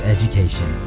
Education